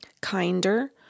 kinder